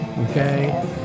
Okay